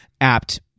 apt